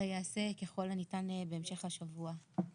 אלא ייעשה, ככל הניתן, בהמשך השבוע.